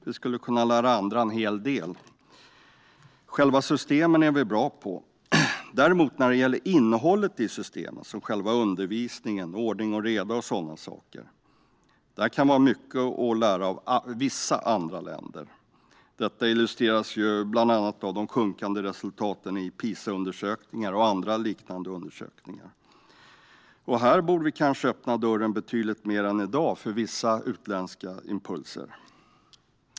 Vi skulle kunna lära andra en hel del. Själva systemet är vi bra på. När det däremot gäller innehållet i systemet, som själva undervisningen, ordning och reda och så vidare, kan vi ha mycket att lära av vissa andra länder. Detta illustreras bland annat i form av de sjunkande resultaten i PISA-undersökningar och andra liknande undersökningar. Här borde vi kanske öppna dörren betydligt mer än i dag för vissa utländska impulser.